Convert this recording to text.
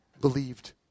believed